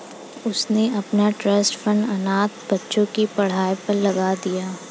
उसने अपना trust fund अनाथ बच्चों की पढ़ाई पर लगा दिया